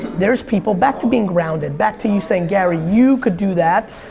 there's people back to being grounded, back to you saying, gary, you could do that,